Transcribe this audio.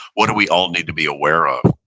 what do we all need to be aware of?